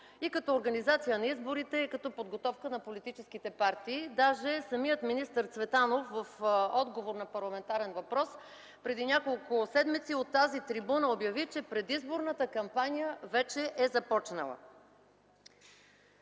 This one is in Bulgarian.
и като организация на изборите и като подготовка на политическите партии. Даже самият министър Цветанов в отговор на парламентарен въпрос преди няколко седмици от тази трибуна обяви, че предизборната кампания вече е започнала.